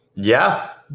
yeah.